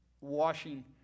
washing